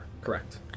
Correct